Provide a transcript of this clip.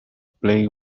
playing